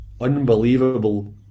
unbelievable